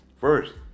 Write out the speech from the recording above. first